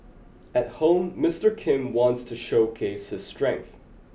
at home Mister Kim wants to showcase his strength